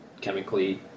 chemically